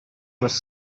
was